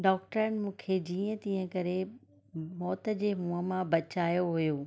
डॉक्टरनि मूंखे जीअं तीअं करे मौत जे मुंहं मां बचायो हुओ